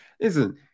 Listen